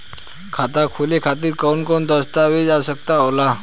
खाता खोले खातिर कौन कौन दस्तावेज के आवश्यक होला?